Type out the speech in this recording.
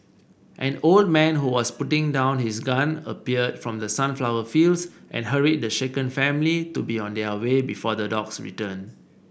an old man who was putting down his gun appeared from the sunflower fields and hurried the shaken family to be on their way before the dogs return